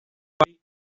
party